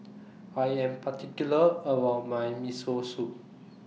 I Am particular about My Miso Soup